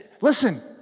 Listen